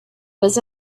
was